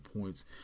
points